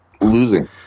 Losing